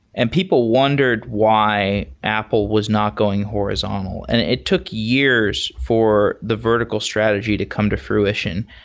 and people wondered why apple was not going horizontal. and it took years for the vertical strategy to come to fruition.